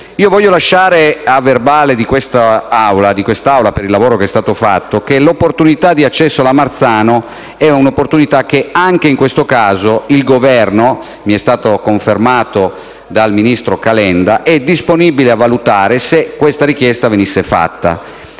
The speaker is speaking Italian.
Voglio lasciare a verbale di questa Assemblea, per il lavoro che è stato fatto, che l'accesso alla legge Marzano è un'opportunità che, anche in questo caso, il Governo - mi è stato confermato dal ministro Calenda - è disponibile a valutare qualora la richiesta venisse fatta.